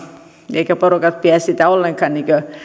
eivätkä porukat pidä sitä ollenkaan